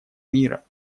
мира